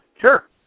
Sure